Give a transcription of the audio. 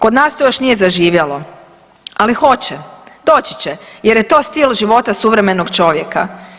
Kod nas to još nije zaživjelo, ali hoće, doći će jer je to stil života suvremenog čovjeka.